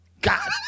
God